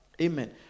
amen